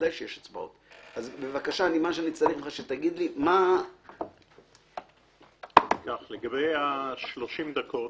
אני צמריך ממך שתגיד לי מה --- לגבי ה-30 דקות,